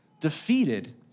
defeated